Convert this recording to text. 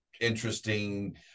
interesting